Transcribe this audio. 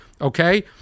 Okay